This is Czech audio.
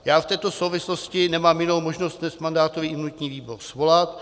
Já v této souvislosti nemám jinou možnost, než mandátový a imunitní výbor svolat.